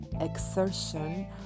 exertion